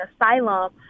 asylum